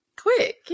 quick